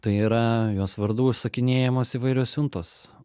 tai yra jos vardu užsakinėjamos įvairios siuntos